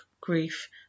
grief